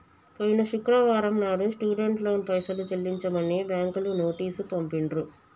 పోయిన శుక్రవారం నాడు స్టూడెంట్ లోన్ పైసలు చెల్లించమని బ్యాంకులు నోటీసు పంపిండ్రు